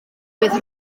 bydd